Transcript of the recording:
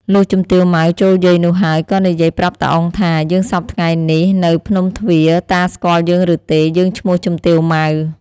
លុះជំទាវម៉ៅ ចូលយាយនោះហើយ ក៏និយាយប្រាប់តា អ៊ុង ថា "យើងសព្វថ្ងៃនេះនៅភ្នំទ្វារ តាស្គាល់យើងឬទេ? យើងឈ្មោះជំទាវ ម៉ៅ ។